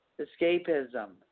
escapism